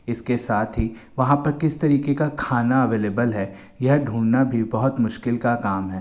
इसके साथ ही वहाँ पर किस तरीके का खाना अवेलेबल है यह ढूंढना भी बहुत मुश्किल का काम है